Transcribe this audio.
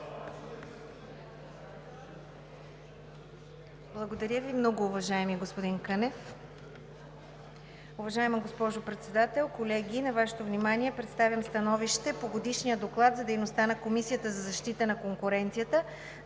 Благодаря Ви, многоуважаеми господин Кънев. Уважаема госпожо Председател, колеги, на Вашето внимание представям: „СТАНОВИЩЕ по Годишния доклад за дейността на Комисията за защита на конкуренцията